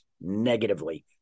negatively